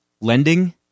lending